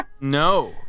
No